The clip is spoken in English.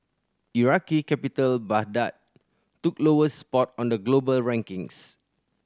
Iraqi capital Baghdad took lowest spot on the global rankings